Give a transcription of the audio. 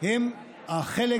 הן החלק